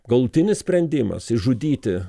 galutinis sprendimas išžudyti